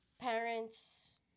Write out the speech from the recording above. Parents